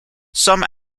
some